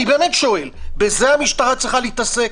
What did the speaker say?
אני באמת שואל, בזה המשטרה צריכה להתעסק?